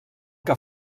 que